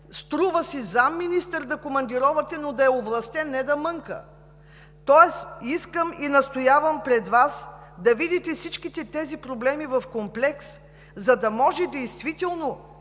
Струва си заместник-министър да командировате, но да е овластен, а не да мънка! Искам и настоявам пред Вас да видите всички тези проблеми в комплекс, за да може действително